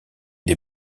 des